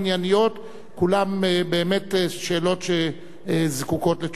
כולן באמת שאלות שזקוקות לתשובה,